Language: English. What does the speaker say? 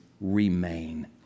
remain